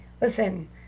Listen